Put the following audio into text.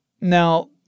Now